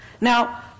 Now